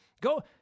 go